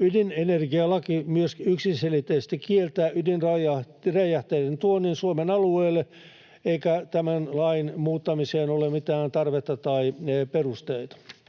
Ydinenergialaki myös yksiselitteisesti kieltää ydinräjähteiden tuonnin Suomen alueelle, eikä tämän lain muuttamiseen ole mitään tarvetta tai perusteita.